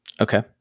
Okay